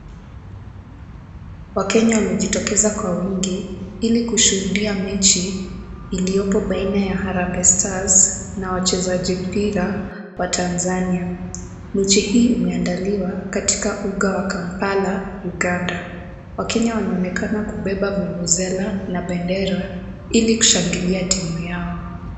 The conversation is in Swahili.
Wakenya wanejitokeza kwa wingi ili kushuhudia mechi iliyopo baina ya Harambee Stars na wachezaji mpira wa Tanzania. Mechi hii imeandaliwa katika uga wa Kampala Uganda. Wakenya wanaonekana kubeba vuvuzela na bendera ili kushangilia timu yao.